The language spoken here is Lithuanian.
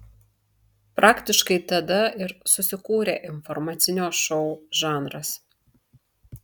praktiškai tada ir susikūrė informacinio šou žanras